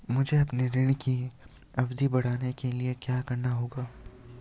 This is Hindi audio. मुझे अपने ऋण की अवधि बढ़वाने के लिए क्या करना होगा?